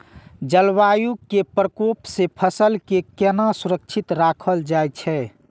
जलवायु के प्रकोप से फसल के केना सुरक्षित राखल जाय छै?